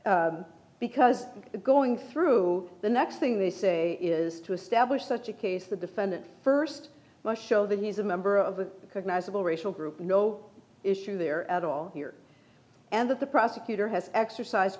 think because the going through the next thing they say is to establish such a case the defendant st must show that he's a member of a cognizable racial group no issue there at all here and that the prosecutor has exercise